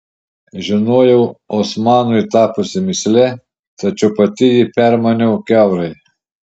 žinojau osmanui tapusi mįsle tačiau pati jį permaniau kiaurai